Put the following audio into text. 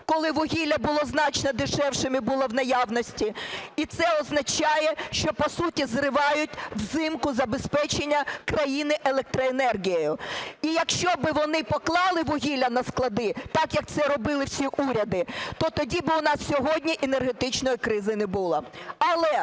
коли вугілля було значно дешевшим і було в наявності. І це означає, що по суті зривають взимку забезпечення країни електроенергією. І якщо б вони поклали вугілля на склади так, як це робили всі уряди, то тоді б у нас сьогодні енергетичної кризи не було. Але,